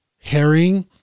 herring